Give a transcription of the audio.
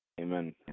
Amen